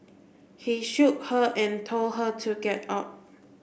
he shook her and told her to get up